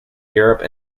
europe